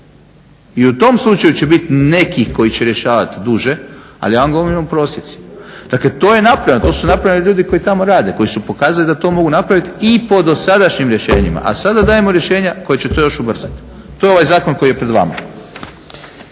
I u tom slučaju će bit nekih koji će rješavati duže, ali ja vam govorim o prosjecima. Dakle, to je napravljeno, to su napravili ljudi koji tamo rade, koji su pokazali da to mogu napraviti i po dosadašnjim rješenjima, a sada dajemo rješenja koja će to još ubrzati. To je ovaj zakon koji je pred vama.